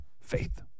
Faith